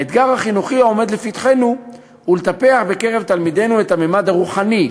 האתגר החינוכי העומד לפתחנו הוא לטפח בקרב תלמידינו את הממד הרוחני,